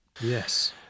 Yes